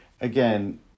again